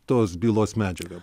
tos bylos medžiaga